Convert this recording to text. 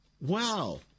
Wow